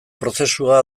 prozesua